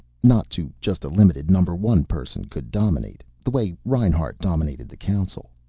not to just a limited number one person could dominate the way reinhart dominated the council.